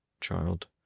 child